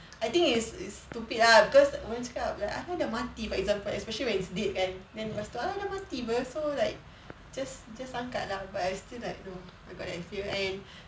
I think it's it's stupid lah because orang cakap like dah mati apa for example especially when it's dead kan then dah mati apa so like just just angkat lah but I still like no I got that fear and